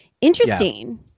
Interesting